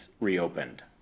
reopened